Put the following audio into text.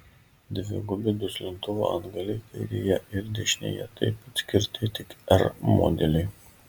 dvigubi duslintuvo antgaliai kairėje ir dešinėje taip pat skirti tik r modeliui